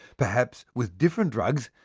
perhaps, with different drugs,